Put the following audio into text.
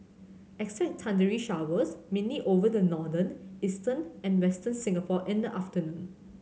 expect thundery showers mainly over the northern eastern and Western Singapore in the afternoon